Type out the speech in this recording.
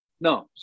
No